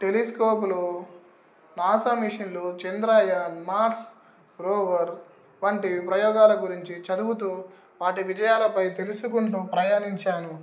టెలిస్కోప్లు NASA మిషన్లు Chandrayaan Mars rover వంటి ప్రయోగాల గురించి చదువుతూ వాటి విజయాలపై తెలుసుకుంటూ ప్రయాణించాను